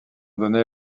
donné